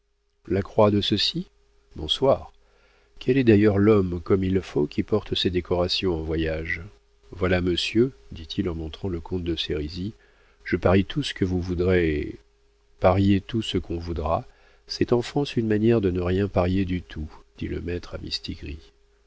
la croix de ceux-ci bonsoir quel est d'ailleurs l'homme comme il faut qui porte ses décorations en voyage voilà monsieur dit-il en montrant le comte de sérisy je parie tout ce que vous voudrez parier tout ce qu'on voudra c'est en france une manière de ne rien parier du tout dit le maître à mistigris